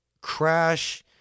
Crash